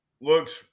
looks